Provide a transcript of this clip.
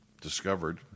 discovered